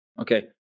okay